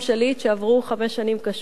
שעברו חמש שנים קשות,